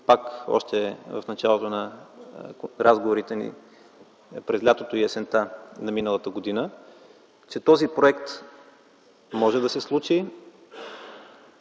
още в началото на разговорите ни през лятото и есента на миналата година – че този проект може да се случи,